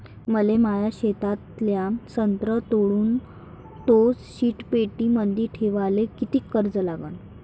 मले माया शेतातला संत्रा तोडून तो शीतपेटीमंदी ठेवायले किती खर्च येईन?